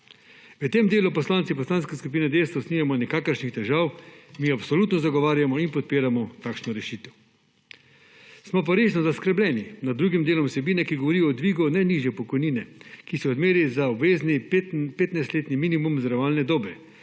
V tem delu poslanci Poslanske skupine Desus nimamo nikakršnih težav, mi absolutno zagovarjamo in podpiramo takšno rešitev. Smo pa resda zaskrbljeni nad drugim delom vsebine, ki govori o dvigu najnižje pokojnine, ki se odmeri za obvezni 15-letni minimum zavarovalne dobe.